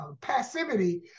passivity